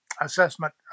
assessment